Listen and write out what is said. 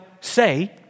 say